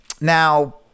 Now